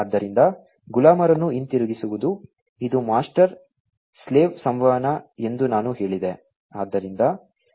ಆದ್ದರಿಂದ ಗುಲಾಮರನ್ನು ಹಿಂತಿರುಗಿಸುವುದು ಇದು ಮಾಸ್ಟರ್ ಸ್ಲೇವ್ ಸಂವಹನ ಎಂದು ನಾನು ಹೇಳಿದೆ